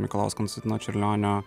mikalojaus konstantino čiurlionio